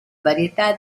varietà